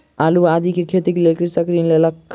आलू आदि के खेतीक लेल कृषक ऋण लेलक